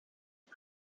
het